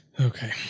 Okay